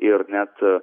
ir net